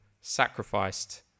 sacrificed